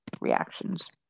reactions